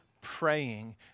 praying